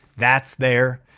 that's there.